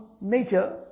nature